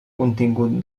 contingut